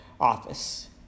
office